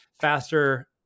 faster